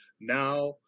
Now